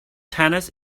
tennis